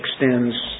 extends